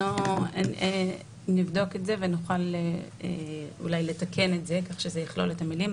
אנחנו נבדוק את זה ונוכל אולי לתקן את זה כך שזה יכלול את המילים.